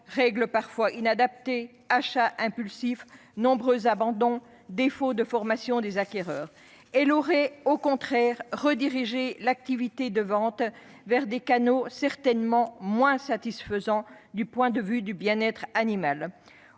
règles parfois inadaptées, achats impulsifs, nombreux abandons, défaut de formation des acquéreurs ... Elle aurait au contraire redirigé l'activité de vente vers des canaux certainement moins satisfaisants du point de vue du bien-être animal.